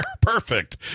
Perfect